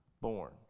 born